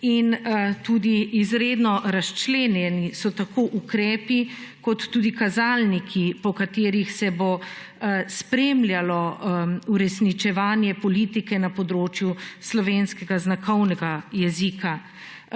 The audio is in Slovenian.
in tudi izredno razčlenjeni so tako ukrepi, kot tudi kazalniki po katerih se bo spremljalo uresničevanje politike na področju slovenskega znakovnega jezika.